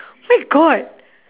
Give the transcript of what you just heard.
my god